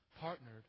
partnered